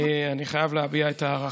אני חייב להביע את ההערכה.